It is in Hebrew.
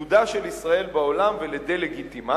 לבידודה של ישראל בעולם ולדה-לגיטימציה,